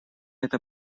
эта